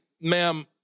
ma'am